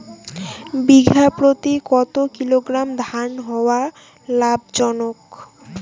বিঘা প্রতি কতো কিলোগ্রাম ধান হওয়া লাভজনক?